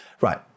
Right